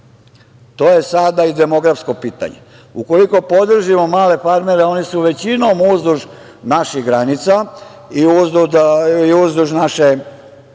to je sada i demografsko pitanje. Ukoliko podržimo male farmere, oni su većinom uzduž naših granica i uzduž naše